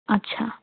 আচ্ছা